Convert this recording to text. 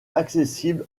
accessible